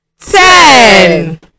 ten